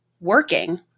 working